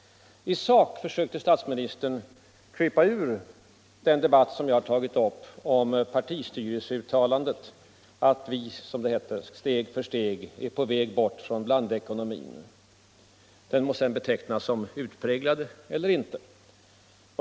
I sak försökte statsministern krypa ur den debatt jag tagit upp om partistyrelseuttalandet att vi steg för steg är på väg bort från blandekonomin, den må sedan betecknas som utpräglad eller ej.